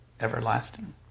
everlasting